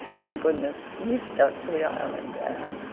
thank goodness you've stuck to the island, anne.